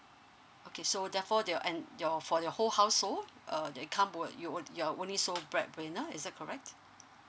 okay so therefore to your and your whole household err that come would you would you are only sole bread winner is that correct